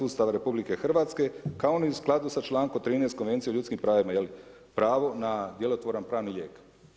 Ustava RH, kao ni u skladu sa člankom 13. konvencije o ljudskim pravima, pravo na djelotvoran pravni lijek.